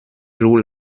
jour